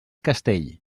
castell